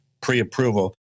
pre-approval